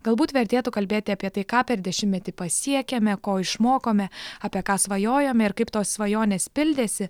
galbūt vertėtų kalbėti apie tai ką per dešimtmetį pasiekėme ko išmokome apie ką svajojome ir kaip tos svajonės pildėsi